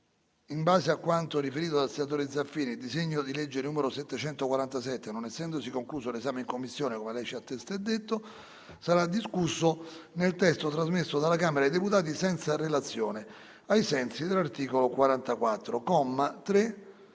in relazione a quanto riferito dal senatore Zaffini, il disegno di legge n. 747, non essendosi concluso l'esame in Commissione, sarà discusso nel testo trasmesso dalla Camera dei deputati senza relazione, ai sensi dell'articolo 44,